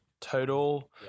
total